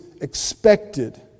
expected